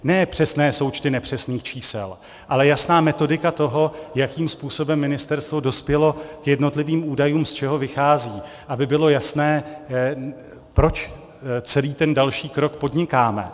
Ne přesné součty nepřesných čísel, ale jasná metodika toho, jakým způsobem ministerstvo dospělo k jednotlivým údajům, z čeho vychází, aby bylo jasné, proč celý ten další krok podnikáme.